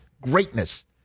greatness